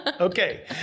Okay